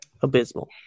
abysmal